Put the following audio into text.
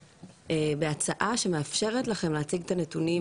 בהצעה שמאפשרת לכם להציג את הנתונים